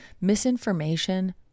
misinformation